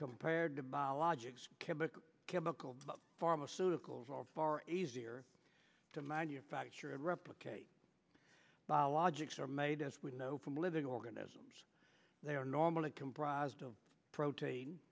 compared to biological chemical chemical pharmaceuticals are far easier to manufacture and replicate biologics are made as we know from living organisms they are normally comprised of protein